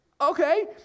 Okay